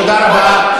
תודה רבה.